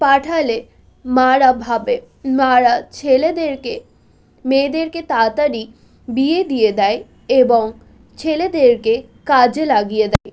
পাঠালে মারা ভাবে মারা ছেলেদেরকে মেয়েদেরকে তাড়াতাড়ি বিয়ে দিয়ে দেয় এবং ছেলেদেরকে কাজে লাগিয়ে দেয়